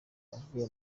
avuye